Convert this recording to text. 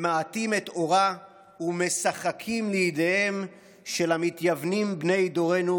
ממעטים את אורה ומשחקים לידיהם של המתייוונים בני דורנו,